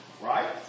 right